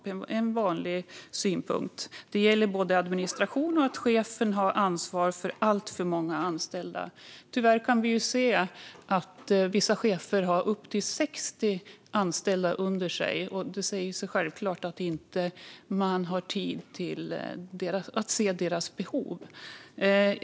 Det var en vanlig synpunkt, och det gällde både administration och att chefen hade ansvar för alltför många anställda. Tyvärr kan vi se att vissa chefer har upp till 60 anställda under sig, och det säger sig självt att de då inte har tid att se personalens behov.